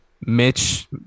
Mitch